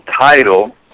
title